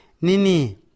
Nini